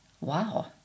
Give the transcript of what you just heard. Wow